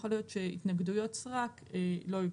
ויכול להיות שהתנגדויות סרק לא יוגשו.